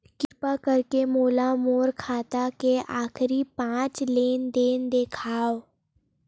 किरपा करके मोला मोर खाता के आखिरी पांच लेन देन देखाव